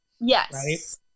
Yes